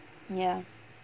ya